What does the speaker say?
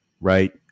Right